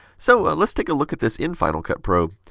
so, let's take a look at this in final cut pro.